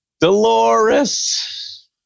Dolores